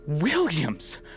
Williams